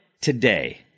today